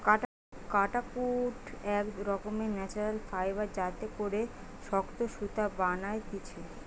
কাটাকুট এক রকমের ন্যাচারাল ফাইবার যাতে করে শক্ত সুতা বানাতিছে